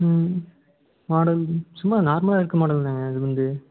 ம் மாடல் சும்மா நார்மலாக இருக்க மாடல் தான்ங்க இதுவந்து